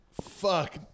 Fuck